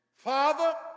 Father